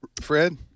Fred